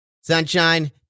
sunshine